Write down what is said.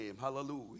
Hallelujah